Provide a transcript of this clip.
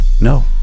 no